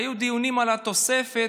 היו דיונים על תוספת